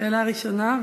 שאלה ראשונה,